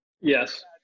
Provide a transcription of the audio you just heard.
Yes